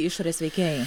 išorės veikėjai